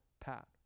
pat